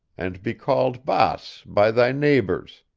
and be called baas by thy neighbors,